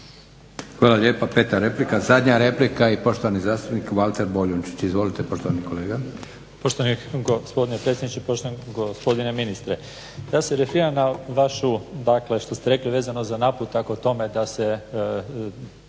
Hvala lijepa. Peta replika, zadnja replika i poštovani zastupnik Valter Boljunčić. Izvolite poštovani kolega. **Boljunčić, Valter (IDS)** Poštovani gospodine predsjedniče, poštovani gospodine ministre. Ja se …/Govornik se ne razumije./… na vašu, dakle što ste rekli vezano za naputak o tome da se…